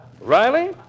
Riley